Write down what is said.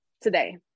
today